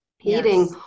eating